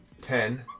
ten